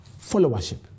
followership